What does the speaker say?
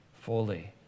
fully